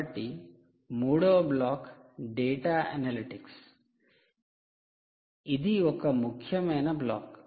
కాబట్టి మూడవ block data analytics ఇది ఒక ముఖ్యమైన బ్లాక్